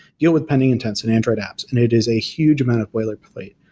deal with pending intents and android apps, and it is a huge amount of boilerplate.